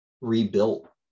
rebuilt